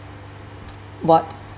what